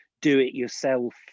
do-it-yourself